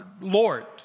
Lord